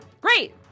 Great